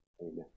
Amen